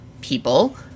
people